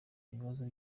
ibibazo